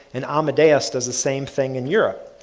and amadeus does the same thing in europe.